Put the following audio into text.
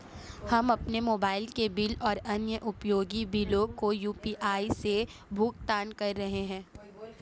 हम अपने मोबाइल के बिल और अन्य उपयोगी बिलों को यू.पी.आई से भुगतान कर रहे हैं